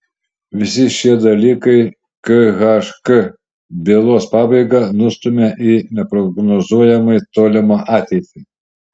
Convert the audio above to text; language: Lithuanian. visi šie dalykai khk bylos pabaigą nustumia į neprognozuojamai tolimą ateitį